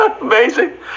amazing